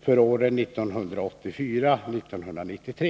för åren 1984-1993.